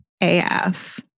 AF